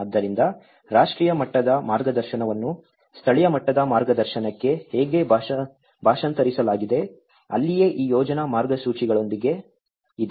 ಆದ್ದರಿಂದ ರಾಷ್ಟ್ರೀಯ ಮಟ್ಟದ ಮಾರ್ಗದರ್ಶನವನ್ನು ಸ್ಥಳೀಯ ಮಟ್ಟದ ಮಾರ್ಗದರ್ಶನಕ್ಕೆ ಹೇಗೆ ಭಾಷಾಂತರಿಸಲಾಗಿದೆ ಅಲ್ಲಿಯೇ ಈ ಯೋಜನಾ ಮಾರ್ಗಸೂಚಿಗಳೊಂದಿಗೆ ಇದೆ